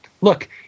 look